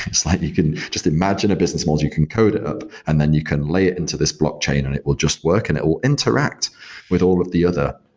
slightly, you can just imagine a business model, you can code it up and then you can lay it into this blockchain and it will just work and it will interact with all of the other